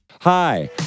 Hi